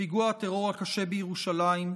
בפיגוע הטרור הקשה בירושלים,